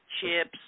chips